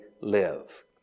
live